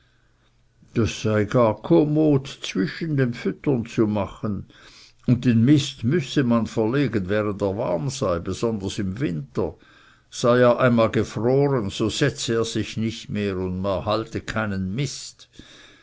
das sei gar kommod zwischen dem füttern zu machen und den mist müsse man verlegen während er warm sei besonders im winter sei er einmal gefroren so setze er sich nicht mehr und man erhalte keinen mist